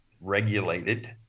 regulated